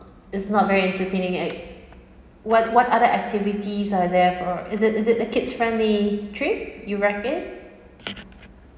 it's not very entertaining what what other activities are there for is it is it a kids friendly trip you reckon